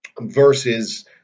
versus